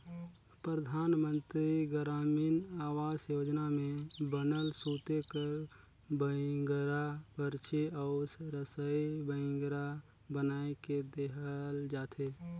परधानमंतरी गरामीन आवास योजना में बनल सूते कर बइंगरा, परछी अउ रसई बइंगरा बनाए के देहल जाथे